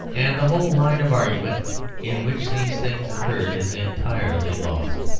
and the whole line of argument in which these things occurred is entirely lost.